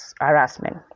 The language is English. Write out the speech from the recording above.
harassment